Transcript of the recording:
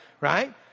Right